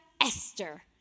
Esther